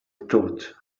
thought